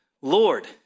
Lord